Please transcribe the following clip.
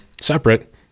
separate